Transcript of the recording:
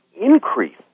increase